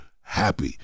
happy